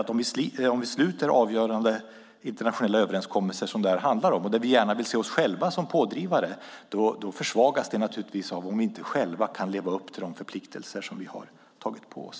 Om vi sluter internationella överenskommelser, som ju detta handlar om, och gärna vill se oss som pådrivare försvagas det om vi själva inte kan leva upp till de förpliktelser vi tagit på oss.